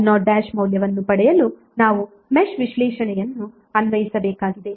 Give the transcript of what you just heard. i0 ಮೌಲ್ಯವನ್ನು ಪಡೆಯಲು ನಾವು ಮೆಶ್ ವಿಶ್ಲೇಷಣೆಯನ್ನು ಅನ್ವಯಿಸಬೇಕಾಗಿದೆ